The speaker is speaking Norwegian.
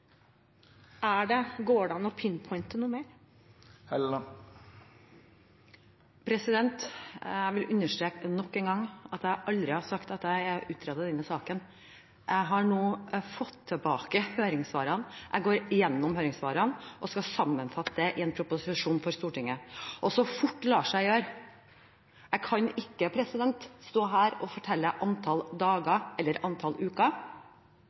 det an å «pinpointe» noe mer? Jeg vil understreke nok en gang at jeg aldri har sagt at jeg har utredet denne saken. Jeg har nå fått tilbake høringssvarene, jeg går igjennom høringssvarene og skal sammenfatte dem i en proposisjon for Stortinget så fort det lar seg gjøre. Jeg kan ikke stå her og fortelle hvor mange dager eller uker